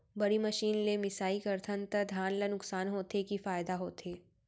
बड़ी मशीन ले मिसाई करथन त धान ल नुकसान होथे की फायदा होथे?